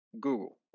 Google